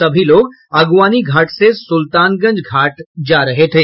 सभी लोग अगुवानी घाट से सुल्तानगंज घाट जा रहे थे